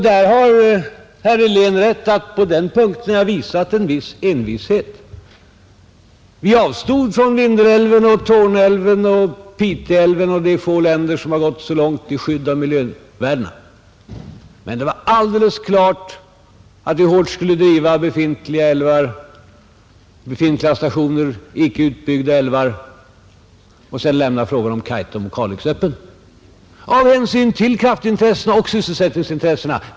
Herr Helén har rätt i att jag visat en viss envishet på denna punkt, Vi avstod från Vindelälven och Torneälven och Pite älv, och det är få länder som gått så långt i skydd för miljövärdena, Men det var alldeles klart att vi hårt skulle driva befintliga älvar, befintliga stationer, icke utbyggda älvar av hänsyn till kraftoch sysselsättningsintressena och sedan lämna frågan om Kaitum och Kalix öppen.